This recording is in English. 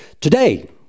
today